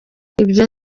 ibyo